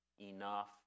enough